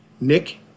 Nick